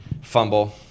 fumble